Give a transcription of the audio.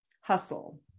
hustle